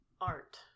art